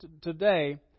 today